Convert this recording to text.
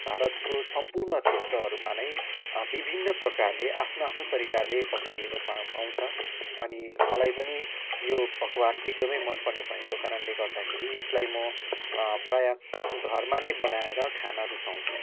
भारतको सम्पूर्ण क्षेत्रहरूमा नै विभिन्न प्रकारले आफ्नो आफ्नै तरिकाले पकाइएको पाउँछ अनि मलाई पनि यो पकवान एक्दमै मनपर्ने भएको कारणले गर्दाखेरि यसलाई म प्रायः घरमा नै बनाएर खान रुचाउँछु